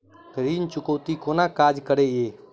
ऋण चुकौती कोना काज करे ये?